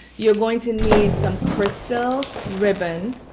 you're going to need some crystal ribbon,